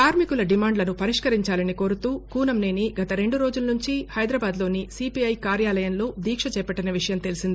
కార్శికుల డిమాండ్లను పరిష్కరించాలని కోరుతూ కూనంనేని గత రెండు రోజుల నుంచి హైదరాబాద్లోని సీపీఐ కార్యాలయంలో దీక్ష చేపట్టిన విషయం తెలిసిందే